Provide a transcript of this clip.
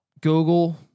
Google